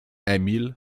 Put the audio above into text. emil